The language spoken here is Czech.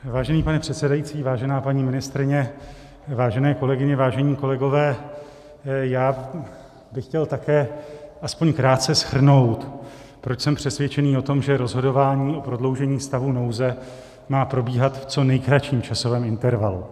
Vážený pane předsedající, vážená paní ministryně, vážené kolegyně, vážení kolegové, já bych chtěl také alespoň krátce shrnout, proč jsem přesvědčený o tom, že rozhodování o prodloužení stavu nouze má probíhat v co nejkratším časovém intervalu.